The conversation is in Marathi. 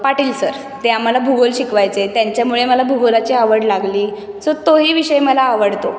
पाटील सर ते आम्हाला भूगोल शिकवायचे त्यांच्यामुळे मला भूगोलाची आवड लागली सो तोही विषय मला आवडतो